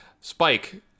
Spike